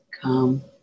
come